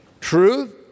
truth